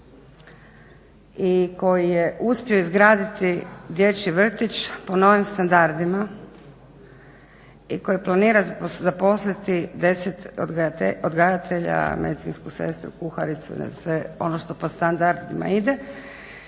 i koji je uspio izgraditi dječji vrtić po novim standardima i koji planira zaposliti 10 odgajatelja, medicinsku sestru, kuharicu i sve oo što po standardima ide.